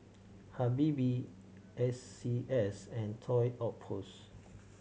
Habibie S C S and Toy Outpost